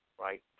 right